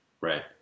Right